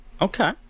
Okay